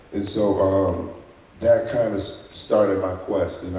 and so um that kind of started my quest.